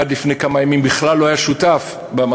עד לפני כמה ימים בכלל לא היה שותף במשא-ומתן,